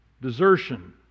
desertion